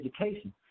education